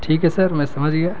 ٹھیک ہے سر میں سمجھ گیا